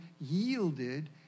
yielded